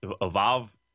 Evolve